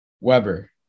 Weber